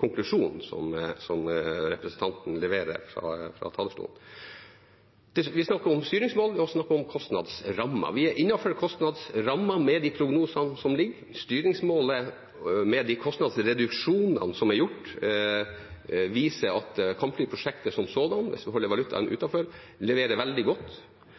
konklusjonen som representanten leverer fra talerstolen. Vi snakker om styringsmål, og vi snakker om kostnadsrammer. Vi er innenfor kostnadsrammen med de prognosene som foreligger. Styringsmålet, med de kostnadsreduksjonene som er gjort, viser at kampflyprosjektet som sådant – hvis man holder valutaen utenfor – leverer veldig godt.